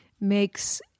makes